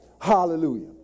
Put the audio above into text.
Hallelujah